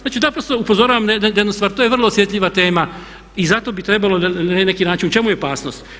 Znači, naprosto upozoravam na jednu stvar, to je vrlo osjetljiva tema i zapravo bi trebalo na neki način, u čemu je opasnost?